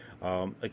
Again